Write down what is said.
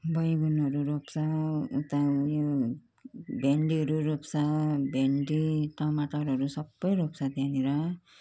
बैगुनहरू रोप्छ उता उयो भिन्डीहरू रोप्छ भिन्डी टमाटरहरू सबै रोप्छ त्यहाँनिर